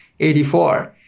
84